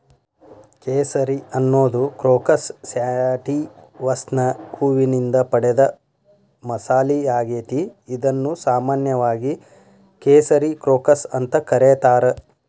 ಕೇಸರಿ ಅನ್ನೋದು ಕ್ರೋಕಸ್ ಸ್ಯಾಟಿವಸ್ನ ಹೂವಿನಿಂದ ಪಡೆದ ಮಸಾಲಿಯಾಗೇತಿ, ಇದನ್ನು ಸಾಮಾನ್ಯವಾಗಿ ಕೇಸರಿ ಕ್ರೋಕಸ್ ಅಂತ ಕರೇತಾರ